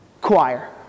choir